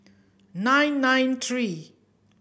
nine nine three